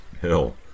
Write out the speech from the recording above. Hell